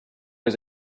was